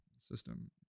system